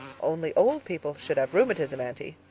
only old people should have rheumatism, aunty.